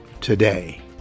today